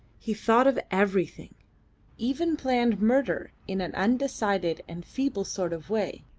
he thought of everything even planned murder in an undecided and feeble sort of way,